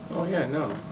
oh yeah, no,